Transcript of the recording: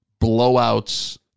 blowouts